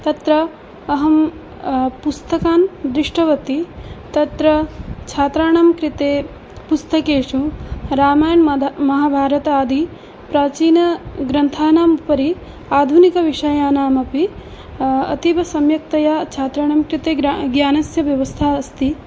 तत्र अहं पुस्तकानि दृष्टवती तत्र छात्राणां कृते पुस्तकेषु रामायण मद महाभारतादिप्राचीनग्रन्थानामुपरि आधुनिकविषयाणामपि अतीव सम्यक्तया छात्राणां कृते ज्ञानस्य व्यवस्था अस्ति